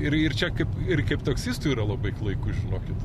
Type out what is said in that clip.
ir ir čia kaip ir kaip taksistui yra labai klaiku žinokit